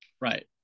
Right